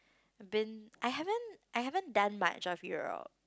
I've been I haven't I haven't done much of Europe